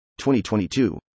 2022